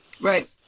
Right